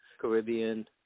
Caribbean